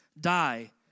die